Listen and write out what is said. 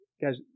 Guys